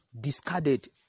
discarded